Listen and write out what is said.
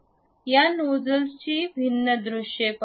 या नोजलची भिन्न दृश्ये पाहू या